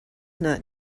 not